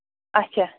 اَچھا